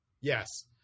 Yes